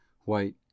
white